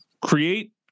Create